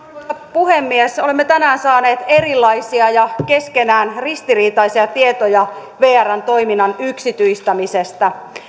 puhemies olemme tänään saaneet erilaisia ja keskenään ristiriitaisia tietoja vrn toiminnan yksityistämisestä